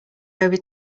over